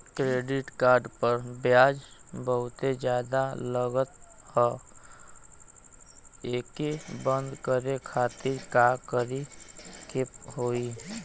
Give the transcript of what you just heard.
Credit card पर ब्याज बहुते ज्यादा लगत ह एके बंद करे खातिर का करे के होई?